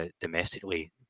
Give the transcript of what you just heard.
domestically